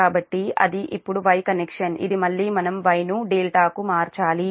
కాబట్టి అది ఇప్పుడు Y కనెక్షన్ ఇది మళ్ళీ మనం Y ను ∆ కు మార్చాలి